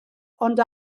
ond